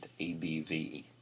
ABV